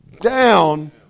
down